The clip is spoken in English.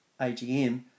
AGM